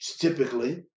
typically